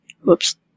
Whoops